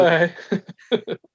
Bye